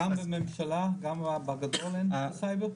גם בממשלה, גם אין ביטוחי סייבר?